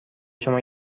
شما